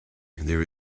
there